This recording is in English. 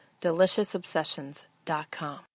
Deliciousobsessions.com